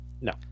No